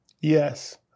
Yes